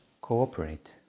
cooperate